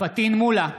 פטין מולא,